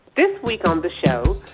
this week on the show,